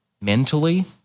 mentally